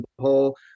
poll